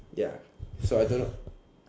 ya so I don't know